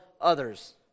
others